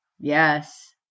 Yes